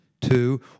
two